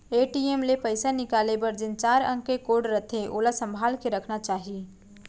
ATM ले पइसा निकाले बर जेन चार अंक के कोड रथे ओला संभाल के रखना चाही